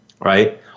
right